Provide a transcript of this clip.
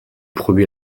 promu